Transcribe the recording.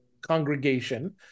congregation